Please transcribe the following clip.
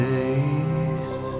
days